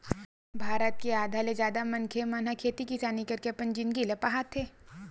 भारत के आधा ले जादा मनखे मन ह खेती किसानी करके अपन जिनगी ल पहाथे